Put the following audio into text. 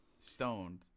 Stoned